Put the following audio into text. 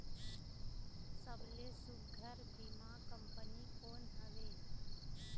सबले सुघ्घर बीमा कंपनी कोन हवे?